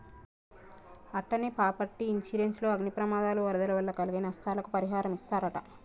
అట్టనే property insurance లో అగ్ని ప్రమాదాలు, వరదల వల్ల కలిగే నస్తాలని పరిహారమిస్తరట